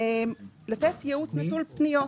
לתת ייעוץ נטול פניות,